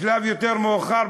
בשלב יותר מאוחר,